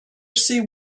see